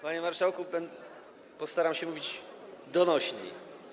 Panie marszałku, postaram się mówić donośniej.